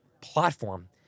platform